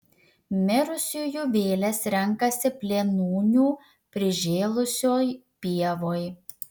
mirusiųjų vėlės renkasi plėnūnių prižėlusioj pievoj